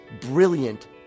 brilliant